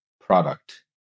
product